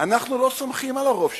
אנחנו לא סומכים על הרוב שלנו.